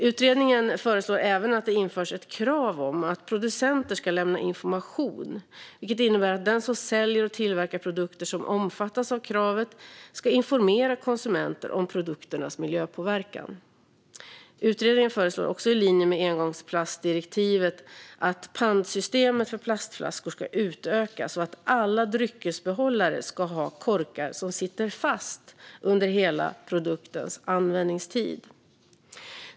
Utredningen föreslår även att det införs ett krav om att producenter ska lämna information, vilket innebär att den som säljer och tillverkar produkter som omfattas av kravet ska informera konsumenter om produkternas miljöpåverkan. Utredningen föreslår också i linje med engångsplastdirektivet att pantsystemet för plastflaskor ska utökas och att alla dryckesbehållare ska ha korkar som sitter fast under hela produktens användningstid.